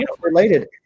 related